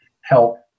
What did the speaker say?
help